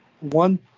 one